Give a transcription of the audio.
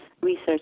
research